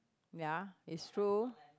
ya it's true